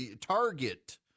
Target